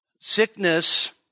Sickness